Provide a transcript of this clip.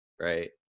right